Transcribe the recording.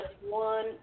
one